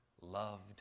loved